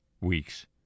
week's